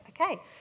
Okay